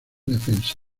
defensa